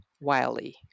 Wiley